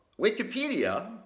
Wikipedia